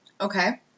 Okay